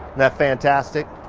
that fantastic?